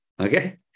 Okay